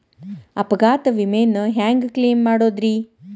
ಅಪಘಾತ ವಿಮೆನ ಹ್ಯಾಂಗ್ ಕ್ಲೈಂ ಮಾಡೋದ್ರಿ?